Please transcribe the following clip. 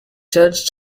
judge